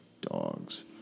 Dogs